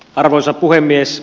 arvoisa puhemies